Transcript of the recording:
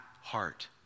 heart